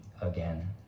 again